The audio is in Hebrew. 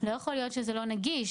לא יכול להיות שזה לא נגיש.